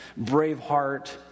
*Braveheart*